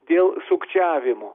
dėl sukčiavimo